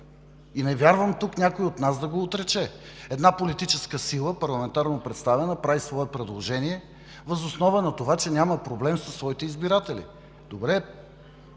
Не вярвам тук някой от нас да го отрече. Една политическа сила, парламентарно представена, прави свое предложение въз основа на това, че няма проблем със своите избиратели.